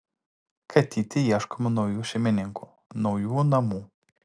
katytei ieškome naujų šeimininkų naujų namų